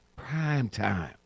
Primetime